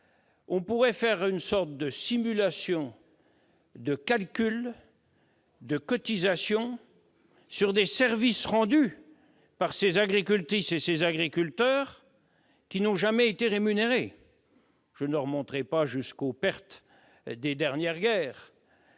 Il serait possible de faire une simulation de calcul des cotisations sur les services rendus par ces agricultrices et agriculteurs qui n'ont jamais été rémunérés. Je ne remonterai pas jusqu'aux pertes des dernières guerres,